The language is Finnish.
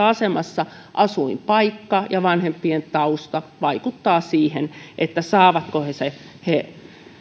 asemassa asuinpaikka ja vanhempien tausta vaikuttavat siihen saavatko he